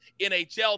NHL